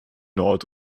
nord